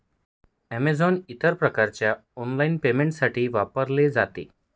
Amazon इतर प्रकारच्या online पेमेंटसाठी वापरले जाते